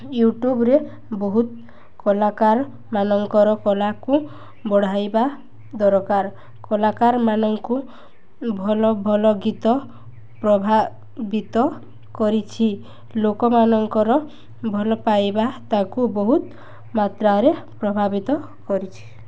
ୟୁଟ୍ୟୁବ୍ରେ ବହୁତ କଳାକାର ମାନଙ୍କର କଲାକୁ ବଢ଼ାଇବା ଦରକାର କଳାକାରମାନଙ୍କୁ ଭଲ ଭଲ ଗୀତ ପ୍ରଭାବିତ କରିଛି ଲୋକମାନଙ୍କର ଭଲ ପାଇବା ତାକୁ ବହୁତ ମାତ୍ରାରେ ପ୍ରଭାବିତ କରିଛି